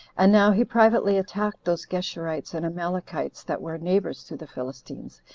and now he privately attacked those geshurites and amalekites that were neighbors to the philistines,